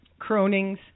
cronings